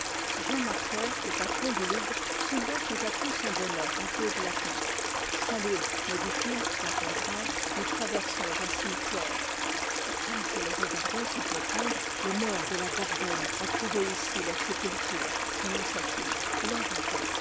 jean marker le patron du lougre souleva tout à coup son bonnet en peau de lapin a saluez me dit-il d'un ton grave nous traversons un cimetière et comme je le regardais sans comprendre a les morts de la gorgone ont trouvé ici leur sépulture prononça-t-il il ajouta